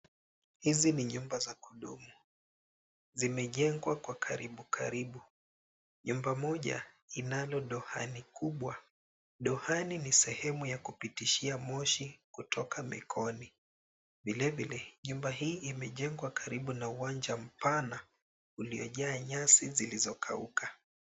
Hizi ni nyumba za kudumu, zimejengwa kwa karibukaribu. Nyumba moja inayodohani kubwa, dohani ni sehemu ya kupitishia moshi kutoka mekoni. Vilevile, nyumba hii imejengwa karibu na uwanja mpana ulioja nyasi zilizokauka.